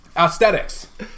Aesthetics